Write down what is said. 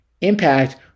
impact